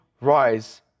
rise